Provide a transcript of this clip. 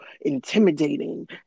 intimidating